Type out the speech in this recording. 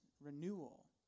renewal